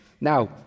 Now